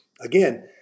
again